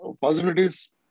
possibilities